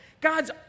God's